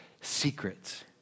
secrets